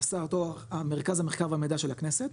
שעשה אותו מרכז המחקר והמידע של הכנסת,